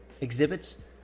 exhibits